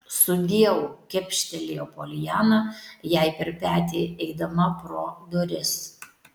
sudieu kepštelėjo poliana jai per petį eidama pro duris